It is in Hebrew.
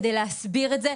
כדי להסביר את זה,